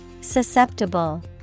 Susceptible